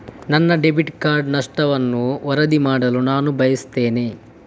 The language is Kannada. ನನ್ನ ಡೆಬಿಟ್ ಕಾರ್ಡ್ ನಷ್ಟವನ್ನು ವರದಿ ಮಾಡಲು ನಾನು ಬಯಸ್ತೆನೆ